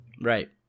Right